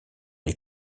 les